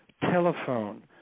telephone